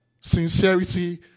Sincerity